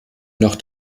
noch